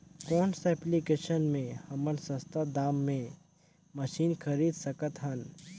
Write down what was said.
कौन सा एप्लिकेशन मे हमन सस्ता दाम मे मशीन खरीद सकत हन?